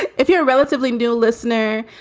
if you're a relatively new listener,